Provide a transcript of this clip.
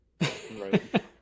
Right